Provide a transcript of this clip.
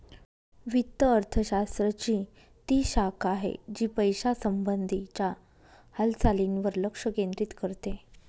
वित्त अर्थशास्त्र ची ती शाखा आहे, जी पैशासंबंधी च्या हालचालींवर लक्ष केंद्रित करते